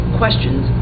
questions